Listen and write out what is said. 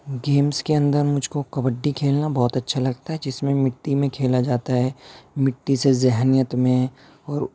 games کے اندر مجھ کو کبڈی کھیلنا بہت اچھا لگتا ہے جس میں مٹی میں کھیلا جاتا ہے مٹی سے ذہنیت میں اور